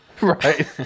Right